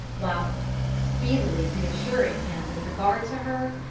whilst speedily reassuring him with regard to her,